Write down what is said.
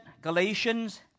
Galatians